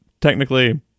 technically